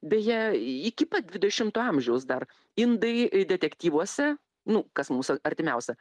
beje iki pat dvidešimto amžiaus dar indai detektyvuose nu kas mūsų artimiausia